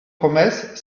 promesse